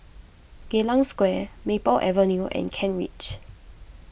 Geylang Square Maple Avenue and Kent Ridge